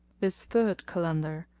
this third kalandar,